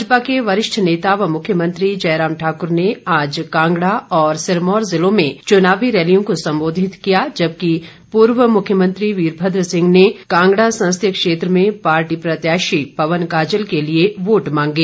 भाजपा के वरिष्ठ नेता व मुख्यमंत्री जयराम ठाक्र ने आज कांगड़ा और सिरमौर ज़िलों में चुनावी रैलियों को संबोधित किया जबकि पूर्व मुख्यमंत्री वीरभद्र सिंह ने कांगड़ा संसदीय क्षेत्र में पार्टी प्रत्याशी पवन काजल के लिए वोट मांगे